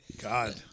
God